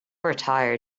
retire